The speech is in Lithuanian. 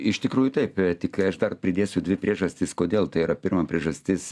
iš tikrųjų taip tik aš dar pridėsiu dvi priežastis kodėl tai yra pirma priežastis